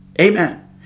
Amen